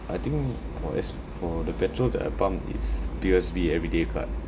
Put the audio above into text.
I think for as for the petrol that I pump is P_O_S_B everyday card